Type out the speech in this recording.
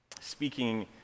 speaking